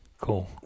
Cool